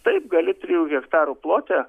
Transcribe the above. taip gali trijų hektarų plote